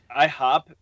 IHOP